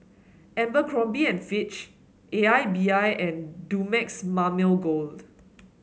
Abercrombie and Fitch A I B I and Dumex Mamil Gold